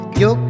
yo